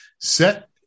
set